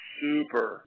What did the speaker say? super